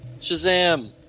Shazam